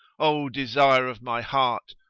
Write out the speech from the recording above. o desire of my heart,